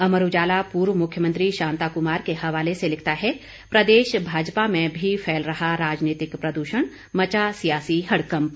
अमर उजाला पूर्व मुख्यमंत्री शांता कुमार के हवाले से लिखता है प्रदेश भाजपा में भी फैल रहा राजनीतिक प्रदूषण मचा सियासी हड़कंप